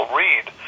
read